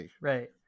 Right